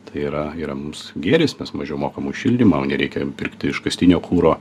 tai yra yra mums gėris mes mažiau mokam už šildymą nereikia pirkti iškastinio kuro